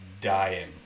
dying